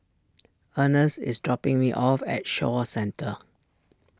Earnest is dropping me off at Shaw Centre